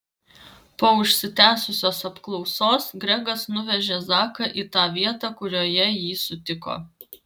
po užsitęsusios apklausos gregas nuvežė zaką į tą vietą kurioje jį sutiko